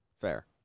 Fair